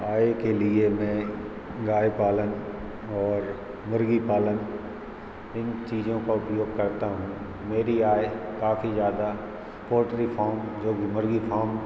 आय के लिए मैं गाय पालन और मुर्गी पालन इन चीज़ों का उपयोग करता हूँ मेरी आय काफ़ी ज़्यादा पॉट्री फ़ॉम जोकि मुर्गी फ़ॉम